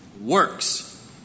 works